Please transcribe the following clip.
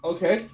Okay